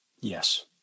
Yes